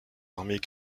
armées